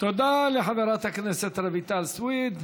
תודה לחברת הכנסת רויטל סויד.